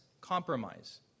Compromise